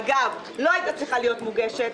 אגב, לא היתה צריכה להיות מוגשת.